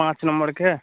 पाँच नम्बरके